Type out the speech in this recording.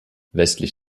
westlich